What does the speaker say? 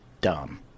dumb